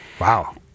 Wow